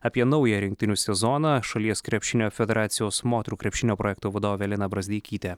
apie naują rinktinių sezoną šalies krepšinio federacijos moterų krepšinio projekto vadovė lina brazdeikytė